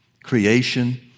creation